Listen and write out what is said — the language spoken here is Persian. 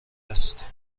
است